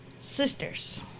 sisters